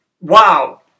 wow